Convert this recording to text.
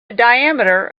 diameter